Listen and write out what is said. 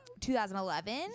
2011